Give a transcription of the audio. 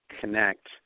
connect